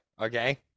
Okay